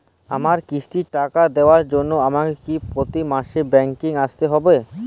আমার কিস্তির টাকা দেওয়ার জন্য আমাকে কি প্রতি মাসে ব্যাংক আসতে হব?